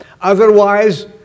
Otherwise